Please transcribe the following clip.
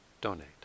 donate